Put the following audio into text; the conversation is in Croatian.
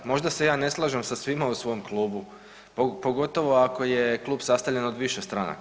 Možda se ja ne slažem sa svima u svom klubu, pogotovo ako je klub sastavljen od više stranaka.